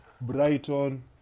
Brighton